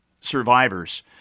survivors